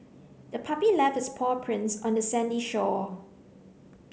the puppy left its paw prints on the sandy shore